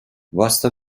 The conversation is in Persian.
واستا